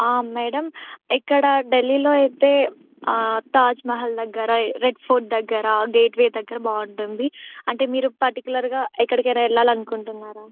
madam ఇక్కడ ఢిల్లీలో అయితే తాజ్ మహల్ దగ్గర రెడ్ ఫోర్ట్ దగ్గర గేట్వే దగ్గర బాగుంటుంది అంటే మీరు పర్టికులర్గా ఎక్కడికైనా వెళ్ళాలి అనుకుంటున్నారా